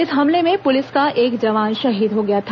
इस हमले में पुलिस का एक जवान शहीद हो गया था